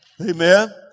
amen